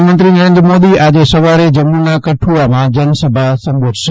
પ્રધાનમંત્રી નરેન્દ્ર મોદી આજે સવારે જમુના કઠુઆમાં જનસભા સંબોધશે